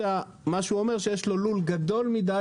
הוא אומר שיש לו לול גדול מדי,